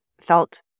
felt